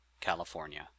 California